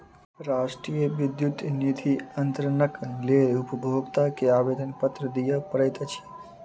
राष्ट्रीय विद्युत निधि अन्तरणक लेल उपभोगता के आवेदनपत्र दिअ पड़ैत अछि